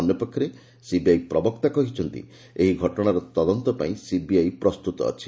ଅନ୍ୟପକ୍ଷରେ ସିବିଆଇ ପ୍ରବକ୍ତା କହିଛନ୍ତି ଏହି ଘଟଣାର ତଦନ୍ତ ପାଇଁ ସିବିଆଇ ପ୍ରସ୍ତୁତ ଅଛି